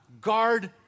Guard